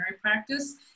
practice